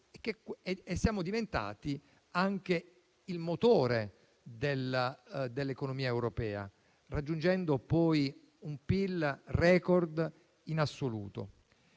italiana, diventando anche il motore dell'economia europea, raggiungendo poi un PIL *record* in assoluto.